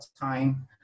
time